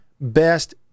best